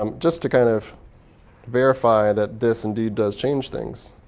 um just to kind of verify that this indeed does change things,